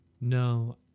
No